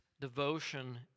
devotion